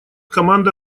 команда